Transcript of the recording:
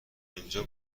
اینجا